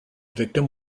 victim